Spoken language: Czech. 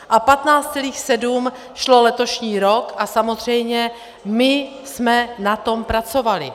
A 15,7 šlo letošní rok a samozřejmě my jsme na tom pracovali.